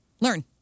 Learn